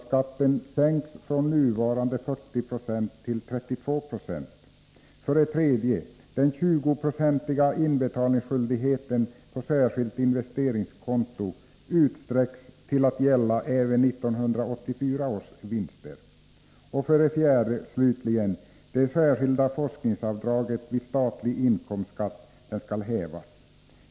Skatteutskottets betänkande består av fyra huvuddelar: 3. Den 20-procentiga inbetalningsskyldigheten på särskilt investeringskonto utsträcks till att gälla även 1984 års vinster.